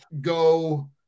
go